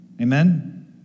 Amen